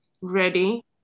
ready